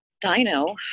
dino